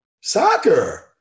soccer